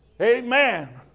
Amen